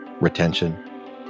Retention